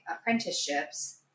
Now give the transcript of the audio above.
apprenticeships